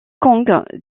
kong